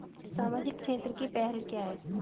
सामाजिक क्षेत्र की पहल क्या हैं?